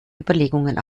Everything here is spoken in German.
überlegungen